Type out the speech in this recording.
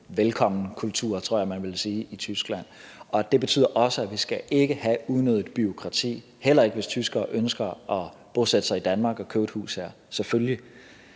velkommenkultur, som tror jeg man ville sige i Tyskland. Det betyder også, at vi ikke skal have unødigt bureaukrati, heller ikke hvis tyskere ønsker at bosætte sig i Danmark og købe et hus her – selvfølgelig.